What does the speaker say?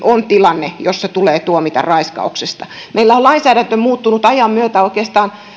on tilanne jossa tulee tuomita raiskauksesta meillä on lainsäädäntö muuttunut ajan myötä oikeastaan